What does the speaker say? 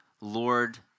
Lord